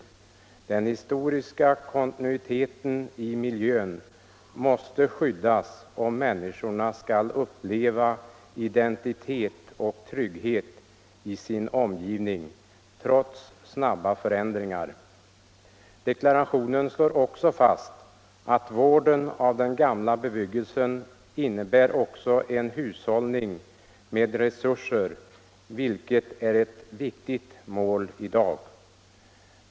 Den historiska kontinuiteten i miljön måste skyddas om människorna skall kunna uppleva identitet och trygghet i sin omgivning trots snabba förändringar.” Deklarationen slår också fast att vården av den gamla bebyggelsen även innebär en hushållning med resurser, vilket är ett viktigt mål i dag.